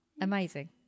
amazing